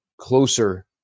closer